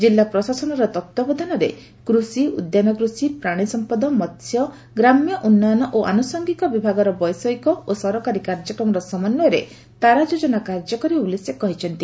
କିଲ୍ଲା ପ୍ରଶାସନର ତତ୍ତାବଧାନରେ କୃଷି ଉଦ୍ୟାନ କୃଷି ପ୍ରାଣୀ ସମ୍ମଦ ମସ୍ୟ ଗ୍ରାମ୍ୟ ଉନ୍ନୟନ ଓ ଆନୁସଙ୍ଗିକ ବିଭାଗର ବୈଷୟିକ ଓ ସରକାରୀ କାର୍ଯ୍ୟକ୍ରମର ସମନ୍ୱୟରେ ତାରା ଯୋଜନା କାର୍ଯ୍ୟ କରିବ ବୋଲି ସେ କହିଛନ୍ତି